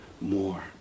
more